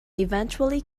eventually